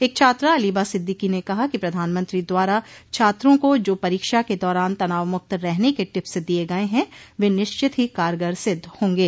एक छात्रा अलीबा सिद्दीकी ने कहा कि प्रधानमंत्री द्वारा छात्रों को जो परीक्षा के दौरान तनाव मुक्त रहने के टिप्स दिये गये हैं वे निश्चित ही कारगर सिद्ध होंगे